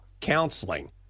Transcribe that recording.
counseling